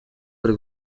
bari